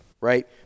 Right